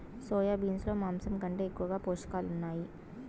soya beans లో మాంసం కంటే ఎక్కువగా పోషకాలు ఉన్నాయి